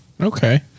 Okay